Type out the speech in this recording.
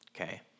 okay